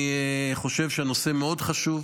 אני חושב שהנושא מאוד חשוב,